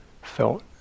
felt